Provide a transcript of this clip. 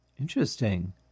Interesting